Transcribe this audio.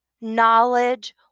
knowledge